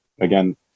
again